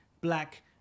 black